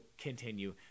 continue